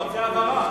אני רוצה הבהרה.